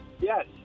Yes